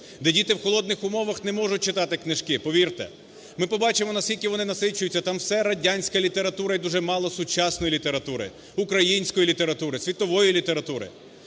де діти в холодних умовах не можуть читати книжки, повірте, ми побачимо наскільки вони насичуються, там все радянська література і дуже мало сучасної літератури, української літератури, світової літератури.